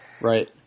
Right